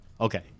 Okay